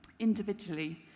Individually